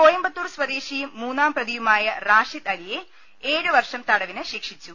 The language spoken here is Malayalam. കോയമ്പത്തൂർ സ്വദേശിയും മൂന്നാം പ്രതിയുമായ റാഷിദ് അലിയെ ഏഴുവർഷം തടവിന് ശിക്ഷിച്ചു